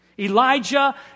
Elijah